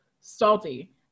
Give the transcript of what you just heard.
salty